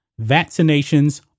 vaccinations